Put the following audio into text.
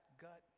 gut